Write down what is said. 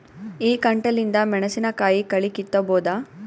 ಈ ಕಂಟಿಲಿಂದ ಮೆಣಸಿನಕಾಯಿ ಕಳಿ ಕಿತ್ತಬೋದ?